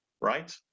right